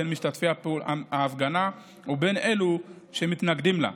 בין משתתפי ההפגנה ובין אלו שמתנגדים לה,